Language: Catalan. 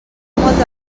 molta